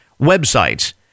websites